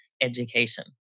education